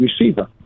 receiver